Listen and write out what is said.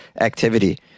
activity